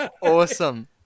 Awesome